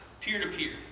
peer-to-peer